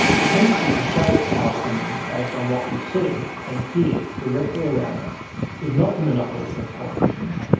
the tendency to shape our opinions based on what we see and hear directly around us is not the monopoly of politicians.